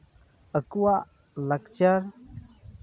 ᱟᱠᱚᱣᱟᱜ ᱞᱟᱠᱪᱟᱨ